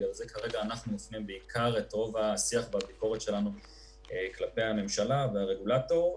אנחנו מפנים את רוב השיח והביקורת שלנו כלפי הממשלה והרגולטור.